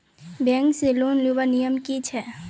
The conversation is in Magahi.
बैंक से लोन लुबार नियम की छे?